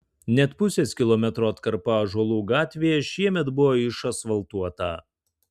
net pusės kilometro atkarpa ąžuolų gatvėje šiemet buvo išasfaltuota